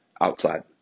outside